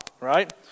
right